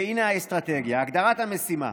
והינה האסטרטגיה: הגדרת המשימה: